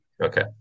Okay